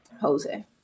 Jose